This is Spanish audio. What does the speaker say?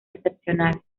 excepcionales